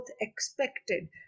expected